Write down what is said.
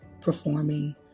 performing